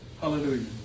Hallelujah